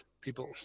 people